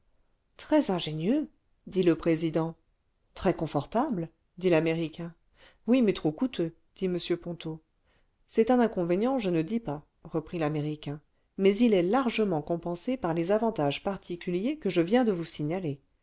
très ingénieux dit le président très confortable dit l'américain oui mais trop coûteux dit m ponto c'est un inconvénient je ne dis pas reprit l'américain mais il est largement compensé parles avantages particuliers que je viens de vous signaler